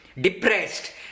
depressed